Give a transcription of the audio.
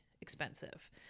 expensive